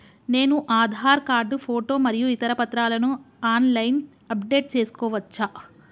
నేను Aadhaar card photo మరియు ఇతర పత్రాలను ఆన్ లైన్ అప్ డెట్ చేసుకోవచ్చా?